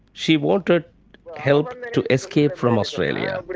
she wanted help to escape from australia. but